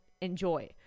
enjoy